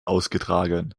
ausgetragen